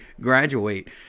graduate